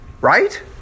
Right